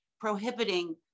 prohibiting